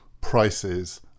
prices